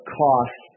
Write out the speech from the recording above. cost